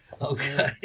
Okay